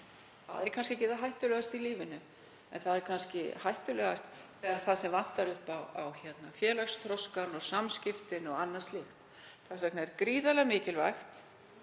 Það er kannski ekki það hættulegasta í lífinu en það er kannski hættulegt þegar vantar upp á félagsþroska, samskiptin og annað slíkt. Þess vegna er gríðarlega mikilvægt